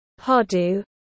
hodu